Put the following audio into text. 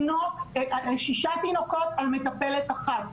שישה תינוקות על מטפלת אחת,